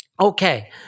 okay